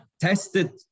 Tested